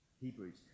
Hebrews